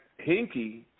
hinky